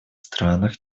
странах